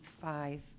five